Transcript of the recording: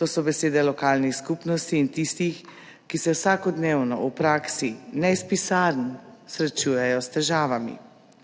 to so besede lokalnih skupnosti in tistih, ki se vsakodnevno v praksi, ne iz pisarn, srečujejo s težavami.